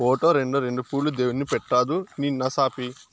ఓటో, రోండో రెండు పూలు దేవుడిని పెట్రాదూ నీ నసాపి